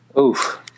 Oof